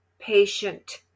patient